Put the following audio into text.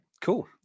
Cool